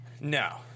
No